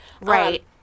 Right